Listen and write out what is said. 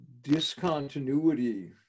discontinuity